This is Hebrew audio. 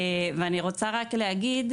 ואני רוצה רק להגיד,